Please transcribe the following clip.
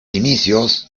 inicios